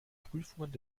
prüfungen